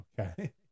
Okay